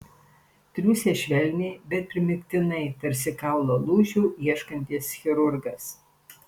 triūsė švelniai bet primygtinai tarsi kaulo lūžių ieškantis chirurgas